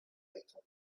item